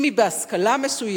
אם היא בעלת השכלה מסוימת.